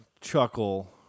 chuckle